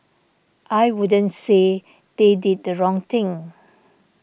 I wouldn't say they did the wrong thing